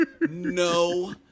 no